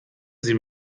sie